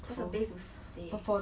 just a place to stay